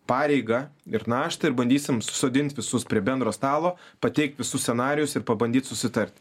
pareigą ir naštą ir bandysime susodinti visus prie bendro stalo pateiktivisus scenarijus ir pabandyt susitart